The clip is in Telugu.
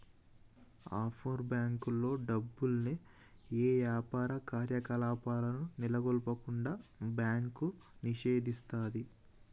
ఆఫ్షోర్ బ్యేంకుల్లో డబ్బుల్ని యే యాపార కార్యకలాపాలను నెలకొల్పకుండా బ్యాంకు నిషేధిస్తది